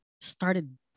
started